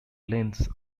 lengths